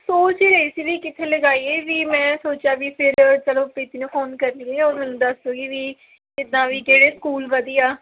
ਸੋਚ ਹੀ ਰਹੀ ਸੀ ਵੀ ਕਿੱਥੇ ਲਗਾਈਏ ਵੀ ਮੈਂ ਸੋਚਿਆ ਵੀ ਫਿਰ ਚਲੋ ਪ੍ਰੀਤੀ ਨੂੰ ਫੋਨ ਕਰ ਲਈਏ ਉਹ ਮੈਨੂੰ ਦੱਸੂ ਵੀ ਕਿੱਦਾਂ ਵੀ ਜਿਹੜੇ ਸਕੂਲ ਵਧੀਆ